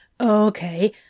Okay